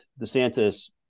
DeSantis